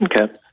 Okay